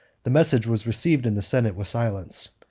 the message was received in the senate with silence,